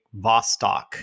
Vostok